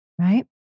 Right